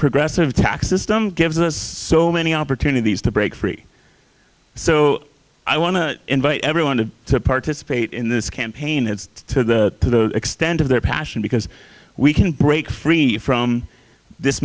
progressive tax system gives us so many opportunities to break free so i want to invite everyone to participate in this campaign and to the extent of their passion because we can break free from this